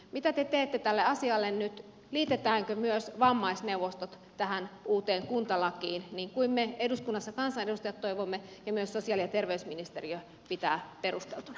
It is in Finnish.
mitä te teette tälle asialle nyt liitetäänkö myös vammaisneuvostot tähän uuteen kuntalakiin niin kuin eduskunnassa me kansanedustajat toivomme ja myös sosiaali ja terveysministeriö pitää perusteltuna